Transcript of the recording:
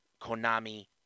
Konami